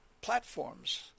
platforms